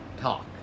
talk